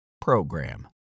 PROGRAM